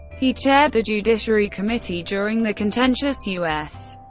he chaired the judiciary committee during the contentious u s.